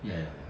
ya ya ya